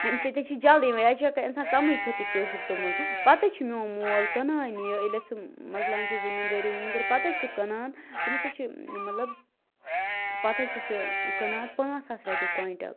اَمہِ سۭتۍ حظ چھِ جلدی یِوان یہِ حظ چھُ ہیٚکان اِنسان کمٕے کھیٚت یہِ کٲشُر توٚمل پتہٕ حظ چھُ میٛون مول کٕنان یہِ ییٚلہِ حظ سُہ مۄکلاوان چھُ زٔمیٖندٲری ؤمیٖندٲری پتہٕ حظ چھُ سُہ کٕنان تٔمِس حظ چھُ ٲں مطلب پتہٕ حظ چھُ سُہ کٕنان پانٛژھ ساس رۄپیہِ کۄنٛٹل